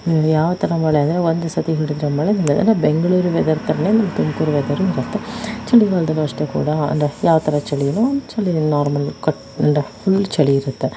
ಇಲ್ಲ್ಯಾವ ಥರ ಮಳೆ ಅಂದರೆ ಒಂದು ಸರ್ತಿ ಹಿಡಿದರೆ ಮಳೆ ನಿಲ್ಲೋದಿ ಅಂದರೆ ಬೆಂಗಳೂರು ವೆದರ್ ಥರನೇ ತುಮಕೂರು ವೆದರ್ ಇರುತ್ತೆ ಚಳಿಗಾಲದಲ್ಲೂ ಅಷ್ಟೇ ಕೂಡ ಅಂದರೆ ಯಾವ ಥರ ಚಳಿನೋ ನಾರ್ಮಲ್ ಫುಲ್ ಚಳಿಯಿರುತ್ತೆ